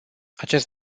acest